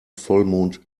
vollmond